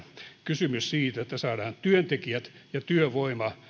kysymys siitä että saadaan työntekijät työvoima